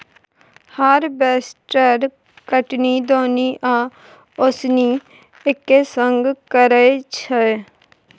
harvester कटनी, दौनी आ ओसौनी एक्के संग करय छै